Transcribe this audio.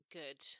good